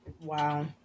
Wow